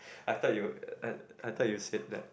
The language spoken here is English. I thought you I I thought you said that